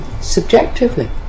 subjectively